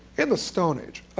in the stone age.